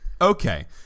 Okay